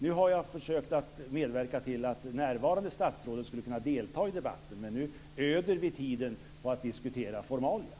Nu har jag försökt att medverka till att närvarande statsråd skall kunna delta i debatten, men nu öder vi tiden på att diskutera formalia.